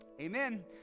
Amen